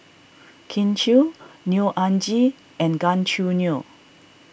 Kin Chui Neo Anngee and Gan Choo Neo